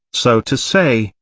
so to say,